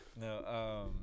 No